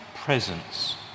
presence